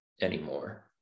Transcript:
anymore